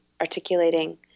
articulating